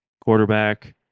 quarterback